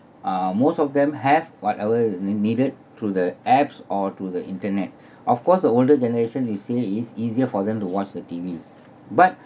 uh most of them have whatever needed through the apps or through the internet of course the older generation you say it's easier for them to watch the T_V but